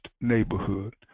neighborhood